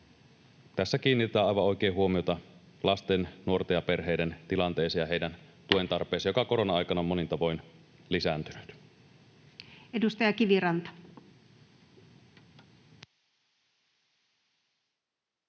tässä kiinnitetään aivan oikein huomiota lasten, nuorten ja perheiden tilanteeseen ja heidän tuen tarpeeseensa, joka on korona-aikana monin tavoin lisääntynyt.